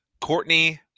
Courtney